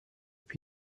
più